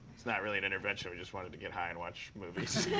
it's not really an intervention. we just wanted to get high and watch movies.